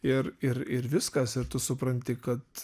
ir ir ir viskas ir tu supranti kad